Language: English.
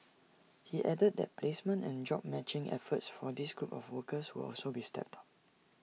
he added that placement and job matching efforts for this group of workers will also be stepped up